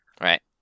right